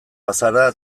bazara